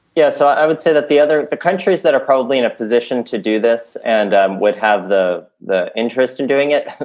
yes, i would say that the other the countries that are probably in a position to do this and would have the the interest in doing it,